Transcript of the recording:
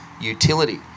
utility